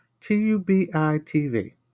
T-U-B-I-T-V